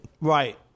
Right